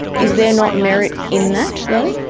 is there not merit in that though?